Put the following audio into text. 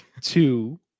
two